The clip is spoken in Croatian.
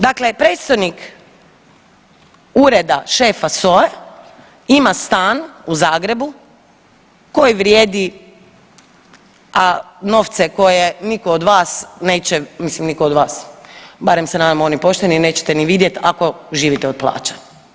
Dakle, predstojnik ureda šefa SOA-e ima stan u Zagrebu koji vrijedi novce koje niko od vas neće, mislim niko od vas, barem se nadam oni pošteni, nećete ni vidjet ako živite od plaće.